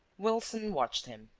wilson watched him.